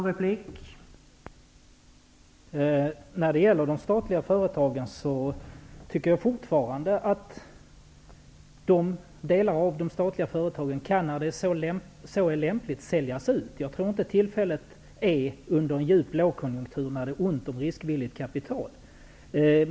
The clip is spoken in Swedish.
Herr talman! Jag vidhåller att delar av de statliga företagen kan säljas ut när så är lämpligt. Jag tror inte att en djup lågkonjunktur, när det är ont om riskvilligt kapital, är rätt tillfälle.